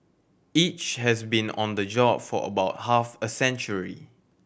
each has been on the job for about half a century